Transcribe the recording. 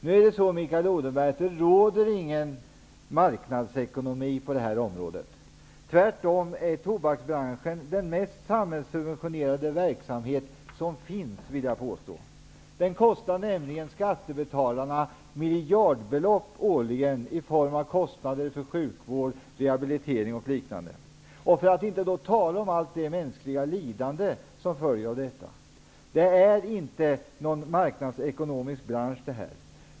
Nu är det så, Mikael Odenberg, att det inte råder någon marknadsekonomi på det här området. Jag vill tvärtom påstå att tobaksbranschen är den mest samhällssubventionerade verksamhet som finns. Den kostar nämligen skattebetalarna miljardbelopp årligen i form av kostnader för sjukvård, rehabilitering och liknande -- för att inte tala om allt mänskligt lidande som följer av detta. Detta är inte någon marknadsekonomisk bransch.